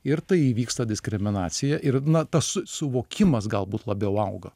ir tai įvyksta diskriminacija ir na tas suvokimas galbūt labiau auga